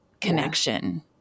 connection